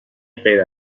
غیر